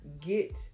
get